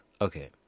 Okay